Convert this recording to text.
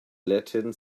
latin